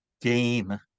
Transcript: game